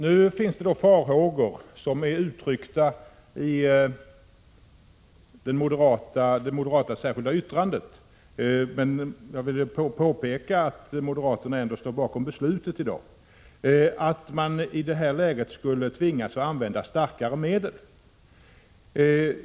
Nu finns det dock farhågor — moderaterna uttrycker sådana i det särskilda yttrandet men ställer sig ändå bakom beslutet i dag — för att starkare medel skall användas.